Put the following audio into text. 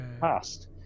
past